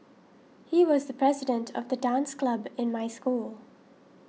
he was the president of the dance club in my school